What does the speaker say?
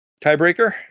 tiebreaker